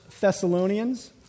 Thessalonians